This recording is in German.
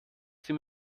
sie